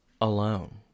alone